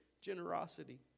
generosity